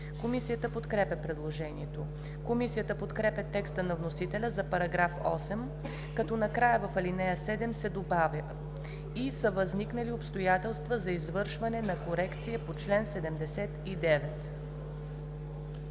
Комисията подкрепя предложението. Комисията подкрепя текста на вносителя за § 9, като в ал. 6 накрая се добавя „и са възникнали обстоятелства за извършване на корекция по чл. 79“.